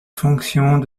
fonctions